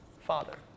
Father